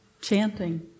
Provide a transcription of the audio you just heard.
chanting